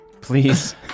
Please